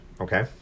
Okay